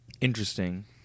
Interesting